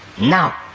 Now